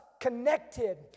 connected